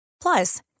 Plus